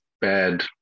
bad